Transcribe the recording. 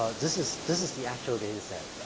ah this is this is the actual dataset.